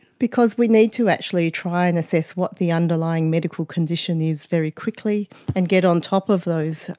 because we need to actually try and assess what the underlying medical condition is very quickly and get on top of those